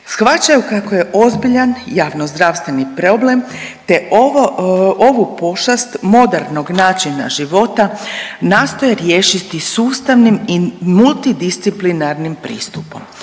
Shvaćaju kako je ozbiljan javnozdravstveni problem te ovu pošast modernog načina života nastoje riješiti sustavnim i multidisciplinarnim pristupom.